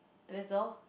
that's all